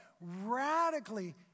radically